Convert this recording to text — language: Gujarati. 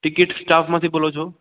ટિકિટ સ્ટાફમાંથી બોલો છો